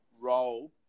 role